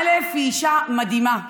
א' היא אישה מדהימה,